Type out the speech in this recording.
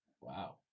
wow